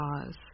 cause